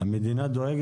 והמדינה,